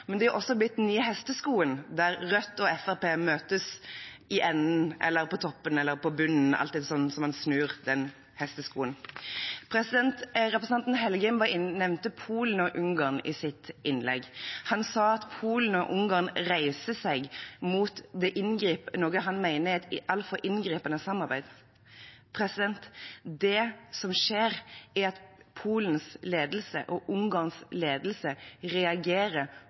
Men det er også blitt den nye hesteskoen, der Rødt og Fremskrittspartiet møtes i enden, på toppen eller i bunnen – alt etter hvordan man snur den hesteskoen. Representanten Engen-Helgheim nevnte Polen og Ungarn i sitt innlegg. Han sa at Polen og Ungarn reiser seg mot noe han mener er et altfor inngripende samarbeid. Det som skjer, er at Polens ledelse og Ungarns ledelse reagerer